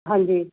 ਹਾਂਜੀ